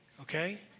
okay